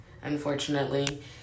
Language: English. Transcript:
unfortunately